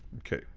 ok,